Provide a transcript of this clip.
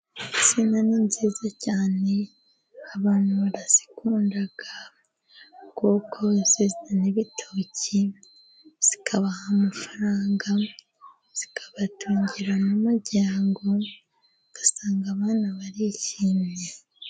Insina ni nziza cyane abantu barazikunda, kuko zizana ibitoki zikabaha amafaranga ,zikabatungira n'umuryango ugasanga abana barishimye.